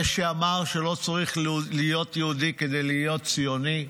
זה שאמר שלא צריך להיות יהודי כדי להיות ציוני,